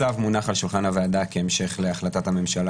הצו מונח על שולחן הוועדה כהמשך להחלטת הממשלה